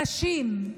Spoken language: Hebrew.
הנשים,